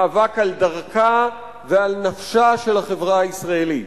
מאבק על דרכה ועל נפשה של החברה הישראלית.